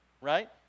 Right